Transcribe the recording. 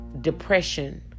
depression